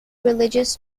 religious